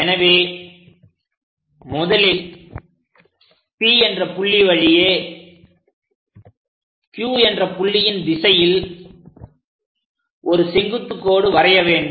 எனவே முதலில் P என்ற புள்ளியை வழியே Q என்ற புள்ளியின் திசையில் ஒரு செங்குத்து கோடு வரைய வேண்டும்